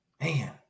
Man